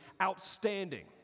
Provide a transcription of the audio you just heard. outstanding